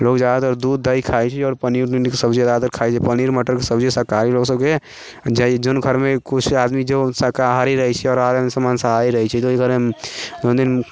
लोग जादातर दूध दही खाइ छै आओर पनीर वनीरके सब्जी जादातर खाइ छै पनीर मटरके सब्जी शाकाहारी लोग सभके जे जोन घरमे किछु आदमी जो शाकाहारी रहै छै आओर आदमी माँसाहारी रहै छै तऽ अइ घरे